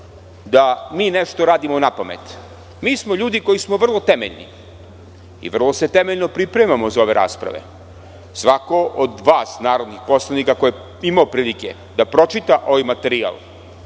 da mi nešto radimo napamet. Mi smo ljudi koji smo vrlo temeljni, i vrlo se temeljno pripremamo za ove rasprave. Svako od vas narodnih poslanika ko je imao prilike da pročita ovaj materijal